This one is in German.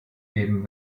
geben